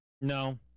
no